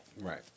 Right